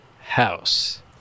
house